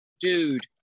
Dude